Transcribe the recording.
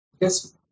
Yes